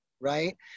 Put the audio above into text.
right